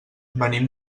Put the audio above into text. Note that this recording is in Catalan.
venim